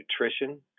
nutrition